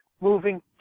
moving